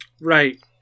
right